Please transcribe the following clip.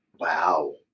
wow